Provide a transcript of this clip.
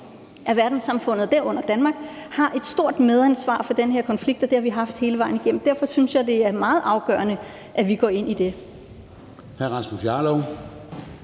at verdenssamfundet, herunder Danmark, har et stort medansvar for den her konflikt, og det har vi haft hele vejen gennem. Derfor synes jeg, det er meget afgørende, at vi går ind i det.